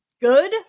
good